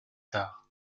tard